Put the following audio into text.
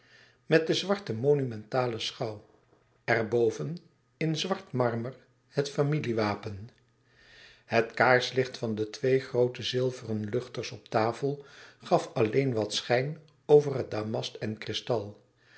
met de zwarte monumentale schouw er boven in zwart marmer het familiewapen het kaarsenlicht van twee groote zilveren luchters op tafel gaf alleen wat schijn over het damast en kristal